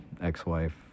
ex-wife